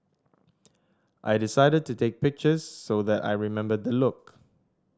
I decided to take pictures so that I remember the look